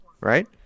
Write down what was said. right